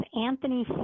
Anthony